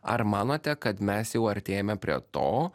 ar manote kad mes jau artėjame prie to